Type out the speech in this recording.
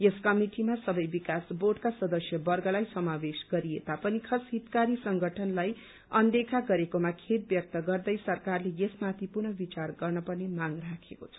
यस कमिटिमा सबै विकास बोर्डका सदस्यवर्गलाई समावेश गरिए तापनि खस हितकारी संगठनलाई अनदेखा गरेकोमा खेद व्यक्त गर्दै सरकारले यसमाथि पूनः विचार गर्न पर्ने माग राखेको छ